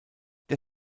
der